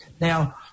Now